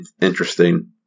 interesting